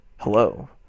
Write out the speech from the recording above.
hello